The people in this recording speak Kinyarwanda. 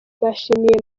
bashimiye